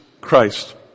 Christ